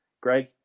greg